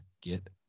get